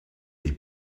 dei